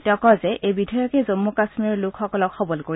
তেওঁ কয় যে এই বিধেয়কে জম্মু কাশ্মীৰৰ লোকসকলক সবল কৰিব